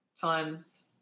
times